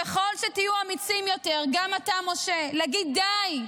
ככל שתהיו אמיצים יותר, גם אתה, משה, להגיד: די,